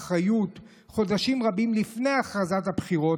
חודשים רבים לפני הכרזת הבחירות,